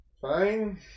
fine